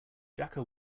jaka